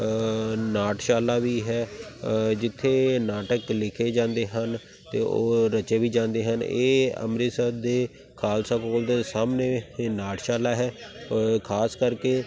ਨਾਟਸ਼ਾਲਾ ਵੀ ਹੈ ਜਿੱਥੇ ਨਾਟਕ ਲਿਖੇ ਜਾਂਦੇ ਹਨ ਅਤੇ ਉਹ ਰਚੇ ਵੀ ਜਾਂਦੇ ਹਨ ਇਹ ਅੰਮ੍ਰਿਤਸਰ ਦੇ ਖਾਲਸਾ ਕੋਲਜ ਦੇ ਸਾਹਮਣੇ ਇਹ ਨਾਟਸ਼ਾਲਾ ਹੈ ਖ਼ਾਸ ਕਰਕੇ